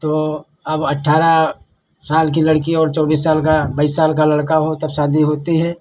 तो अब अट्ठारह साल की लड़की और चौबीस साल का बाइस साल का लड़का हो तब शादी होती है